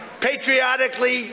patriotically